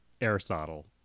Aristotle